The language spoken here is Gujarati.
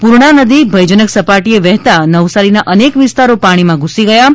પુર્ણા નદી ભયજનક સપાટીએ વહેતા નવસારીના અનેક વિસ્તારો પાણીમાં ધૂસી ગયા છે